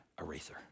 eraser